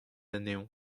anezhañ